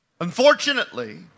Unfortunately